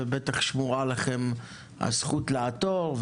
ובטח ששמורה לכם הזכות לעתור,